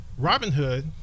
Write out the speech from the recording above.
Robinhood